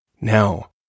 Now